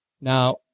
Now